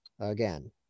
again